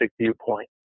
viewpoint